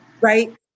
right